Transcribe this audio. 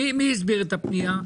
מי הסביר את הפנייה?